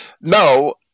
no